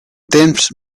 temps